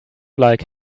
like